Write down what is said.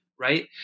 Right